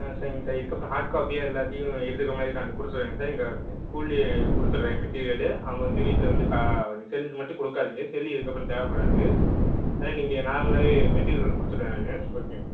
ஆ சரிங்க சார் இதுக்கப்புறம் ஹாட் காப்பியா எல்லாத்தையும் எடுத்துக்கிறமாரி நான் கொடுத்துறேங்க சார் இங்கே ஸ்கூல்லையே கொடுத்துட்றேன் மெட்டிரியலு அவங்க வந்து வீட்டில வந்து ப செல்லு மட்டும் கொடுக்காதீங்க செல்லு இதுக்கப்புறம் தேவைப்படாது ஏன்னா இங்கே நார்மலாகவே மெட்டிரியல் கொடுத்துட்டேன் நான் ஓகேங்க